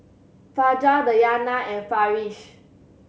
Fajar Dayana and Farish